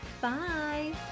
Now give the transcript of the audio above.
Bye